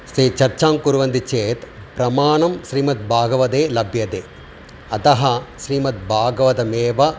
सये चर्चां कुर्वन्ति चेत् प्रमाणं श्रीमद्भागवते लभ्यते अतः श्रीमद्भागवतमेव